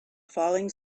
falling